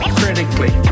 critically